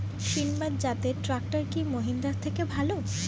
সিণবাদ জাতের ট্রাকটার কি মহিন্দ্রার থেকে ভালো?